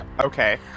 Okay